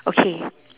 okay